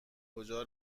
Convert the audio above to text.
کجا